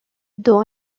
dont